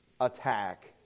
attack